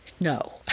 No